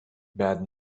bad